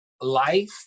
life